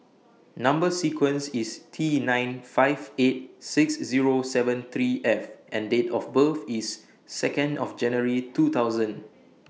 Number sequence IS T nine five eight six Zero seven three F and Date of birth IS Second of January two thousand